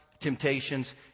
Temptations